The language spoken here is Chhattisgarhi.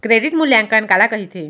क्रेडिट मूल्यांकन काला कहिथे?